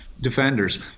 defenders